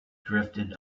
drifted